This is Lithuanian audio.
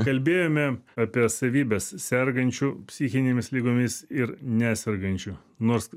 kalbėjome apie savybes sergančių psichinėmis ligomis ir nesergančių nors